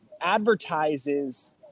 advertises